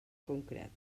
concret